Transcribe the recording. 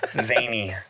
zany